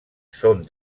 són